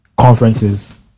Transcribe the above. conferences